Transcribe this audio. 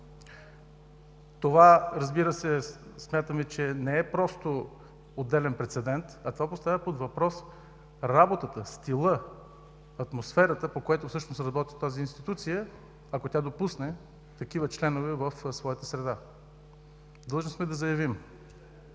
Това, разбира се, смятаме че не е просто отделен прецедент, а поставя под въпрос работата, стила, атмосферата, по което всъщност работи тази институция, ако тя допусне такива членове в своята среда. Длъжни сме да заявим,